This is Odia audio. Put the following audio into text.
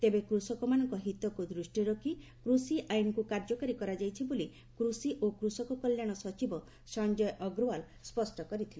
ତେବେ କୃଷକମାନଙ୍କ ହିତକୁ ଦୃଷ୍ଟିରେ ରଖି କୃଷି ଆଇନ୍କୁ କାର୍ଯ୍ୟକାରୀ କରାଯାଇଛି ବୋଲି କୃଷି ଓ କୃଷକ କଲ୍ୟାଣ ସଚିବ ସଂଜୟ ଅଗ୍ରୱାଲ୍ ସ୍ୱଷ୍ଟ କରିଥିଲେ